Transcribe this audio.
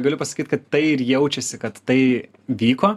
galiu pasakyt kad tai ir jaučiasi kad tai vyko